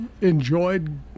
enjoyed